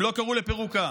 הם לא קראו לפירוקה.